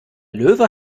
löwe